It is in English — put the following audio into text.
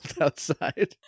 outside